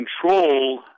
control